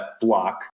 Block